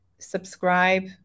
subscribe